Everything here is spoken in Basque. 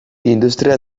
industria